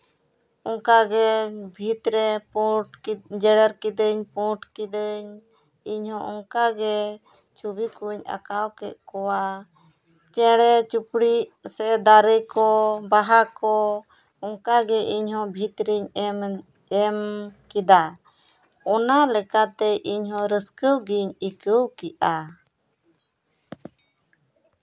ᱚᱱᱠᱟ ᱜᱮ ᱵᱷᱤᱛᱨᱮ ᱯᱳᱸᱰ ᱡᱮᱨᱮᱲ ᱠᱤᱫᱟᱹᱧ ᱯᱳᱸᱰ ᱠᱤᱫᱟᱹᱧ ᱤᱧ ᱦᱚᱸ ᱚᱱᱠᱟ ᱜᱮ ᱪᱷᱚᱵᱤ ᱠᱚᱧ ᱟᱸᱠᱟᱣ ᱠᱮᱫ ᱠᱚᱣᱟ ᱪᱮᱬᱮ ᱪᱩᱯᱲᱤᱫ ᱥᱮ ᱫᱟᱨᱮ ᱠᱚ ᱵᱟᱦᱟ ᱠᱚ ᱚᱱᱠᱟ ᱜᱮ ᱤᱧ ᱦᱚᱸ ᱵᱷᱤᱛ ᱨᱮᱧ ᱮᱢ ᱮᱢ ᱠᱮᱫᱟ ᱚᱱᱟ ᱞᱮᱠᱟᱛᱮ ᱤᱧ ᱦᱚᱸ ᱨᱟᱹᱥᱠᱟᱹᱜᱤᱧ ᱟᱹᱭᱠᱟᱹᱣ ᱠᱮᱜᱼᱟ